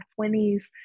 20s